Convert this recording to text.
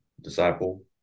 disciple